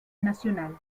nacional